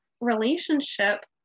relationship